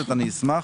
מסודרת - אשמח.